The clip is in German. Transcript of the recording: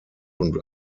und